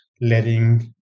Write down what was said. letting